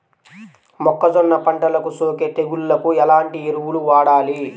మొక్కజొన్న పంటలకు సోకే తెగుళ్లకు ఎలాంటి ఎరువులు వాడాలి?